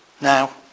Now